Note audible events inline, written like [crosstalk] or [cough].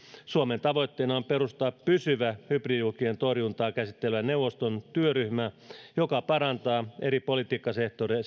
suomen tavoitteena on perustaa pysyvä hybridiuhkien torjuntaa käsittelevän neuvoston työryhmä joka parantaa eri politiikkasektoreiden [unintelligible]